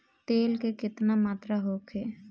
तेल के केतना मात्रा होखे?